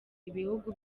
ibihugu